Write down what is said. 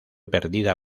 perdida